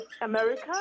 America